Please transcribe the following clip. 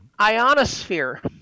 Ionosphere